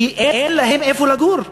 כי אין להם איפה לגור.